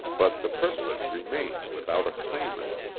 but the privilege remained without a claimant.